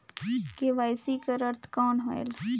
KYC कर अर्थ कौन होएल?